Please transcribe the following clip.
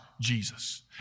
jesus